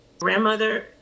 Grandmother